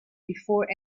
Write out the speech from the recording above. before